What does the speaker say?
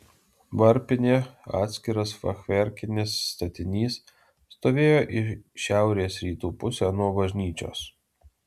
varpinė atskiras fachverkinis statinys stovėjo į šiaurės rytų pusę nuo bažnyčios